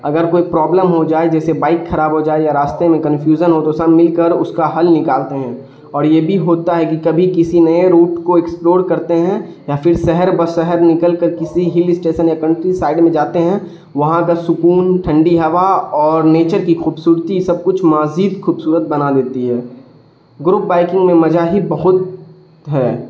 اگر کوئی پروابلم ہو جائے جیسے بائک کراب ہو جائے یا راستے میں کنفیوژن ہو تو سب مل کر اس کا حل نکالتے ہیں اور یہ بھی ہوتا ہے کہ کبھی کسی نئے روٹ کو ایکسپلور کرتے ہیں یا پھر شہر بہ شہر نکل کر کسی ہل اسٹیشن یا کنٹری سائڈ میں جاتے ہیں وہاں کا سکون ٹھنڈی ہوا اور نیچر کی خوبصورتی سب کچھ مزید خوبصورت بنا دیتی ہے گروپ بائکنگ میں مزہ ہی بہت ہے